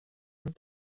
amb